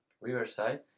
riverside